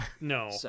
No